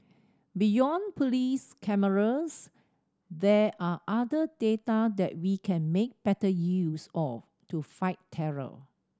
beyond police cameras there are other data that we can make better use of to fight terror